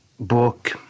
book